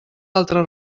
altre